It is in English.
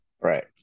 Right